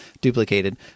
duplicated